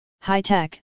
high-tech